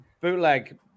Bootleg